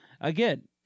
again